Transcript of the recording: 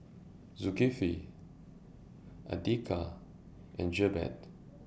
Zulkifli Andika and Jebat